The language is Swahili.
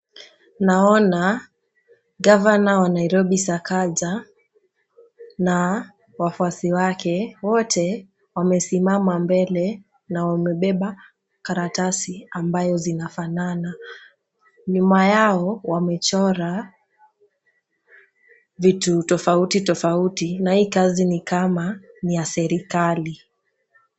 Naona Gavana wa Nairobi Sakaja na wafuasi wake. Wote wamesimama mbele na wamebeba karatasi ambayo zinazofanana . Nyuma yao wamechora vitu tofauti tofuti na hii kazi ni kama ni ya serekali.